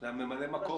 זה הממלא מקום.